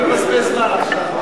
לבזבז זמן עכשיו.